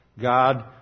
God